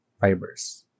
Fibers